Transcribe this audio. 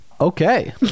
okay